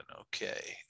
Okay